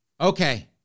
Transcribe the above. Okay